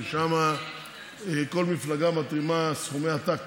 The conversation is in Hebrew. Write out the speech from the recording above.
ששם כל מפלגה מתרימה סכומי עתק,